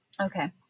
Okay